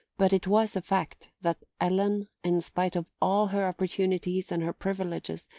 but it was a fact, that ellen, in spite of all her opportunities and her privileges,